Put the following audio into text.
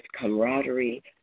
camaraderie